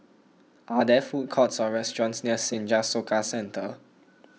are there food courts or restaurants near Senja Soka Centre